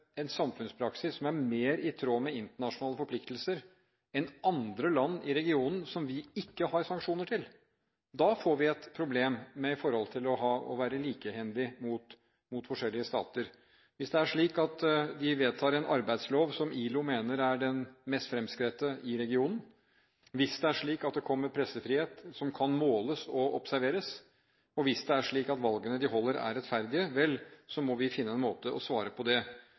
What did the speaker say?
en samfunnspraksis som er mer i tråd med internasjonale forpliktelser enn andre land i regionen, som vi ikke har sanksjoner til, får vi et problem når det gjelder å være likehendig mot forskjellige stater. Hvis det er slik at de vedtar en arbeidslov som ILO mener er den mest fremskredne i regionen, hvis det er slik at det kommer en pressefrihet som kan måles og observeres, og hvis det er slik at valgene de holder, er rettferdige – vel, så må vi finne en måte å svare på det